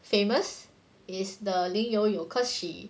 famous is the 林埈永 you cause she